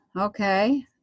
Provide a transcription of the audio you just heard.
okay